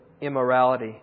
immorality